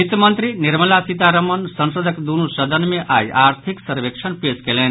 वित्त मंत्री निर्मला सीतारमण संसदक दुनू सदन मे आई आर्थिक सर्वेक्षण पेश कयलनि